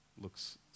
looks